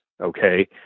Okay